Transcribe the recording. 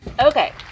Okay